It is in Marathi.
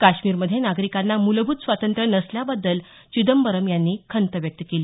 काश्मीरमध्ये नागरिकांना मूलभूत स्वातंत्र्य नसल्याबद्दल चिदंबरम यांनी खंत व्यक्त केली